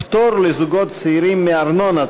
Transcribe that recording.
פטור לזוגות צעירים מארנונה),